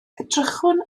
edrychwn